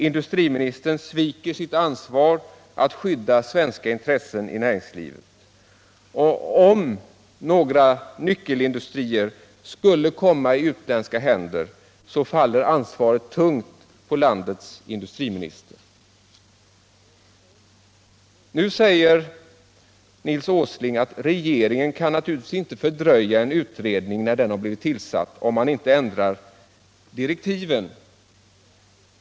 Industriministern sviker sitt ansvar att skydda svenska intressen i näringslivet, och om några nyckelindustrier skulle komma i utländska händer faller ansvaret för detta tungt på landets industriminister. Nu säger Nils Åsling att regeringen naturligtvis inte kan fördröja en utredning när den blivit tillsatt, om den inte ändrar direktiven.